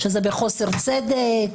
שזה בחוסר צדק,